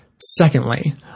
Secondly